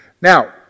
Now